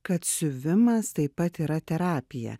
kad siuvimas taip pat yra terapija